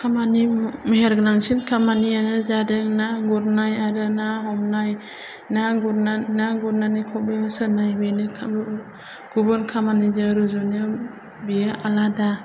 खामानि मेहेर गोनांसिन खामानियानो जादों ना गुरनाय आरो ना हमनाय ना गुरना ना गुरनानै खबाइयाव सोनाय बेनो गुबुन खामानिजों रुजुनायाव बियो आलादा